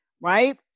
right